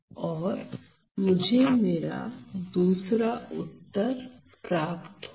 और मुझे मेरा दूसरा उत्तर प्राप्त होगा